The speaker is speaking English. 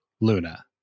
Luna